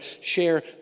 share